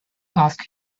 asked